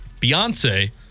Beyonce